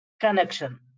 connection